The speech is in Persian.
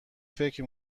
فکر